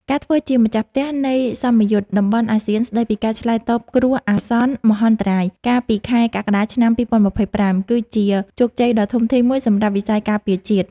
ការធ្វើជាម្ចាស់ផ្ទះ នៃសមយុទ្ធតំបន់អាស៊ានស្តីពីការឆ្លើយតបគ្រោះអាសន្នមហន្តរាយ កាលពីខែកក្កដា ឆ្នាំ ២០២៥ គឺជាជោគជ័យដ៏ធំធេងមួយសម្រាប់វិស័យការពារជាតិ។